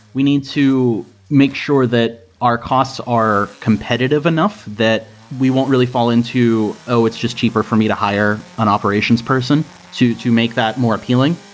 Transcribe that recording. we need to make sure that our costs are competitive enough that we won't really fall into, oh! it's just cheaper for me to hire an operations person to to make that more appealing,